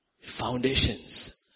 Foundations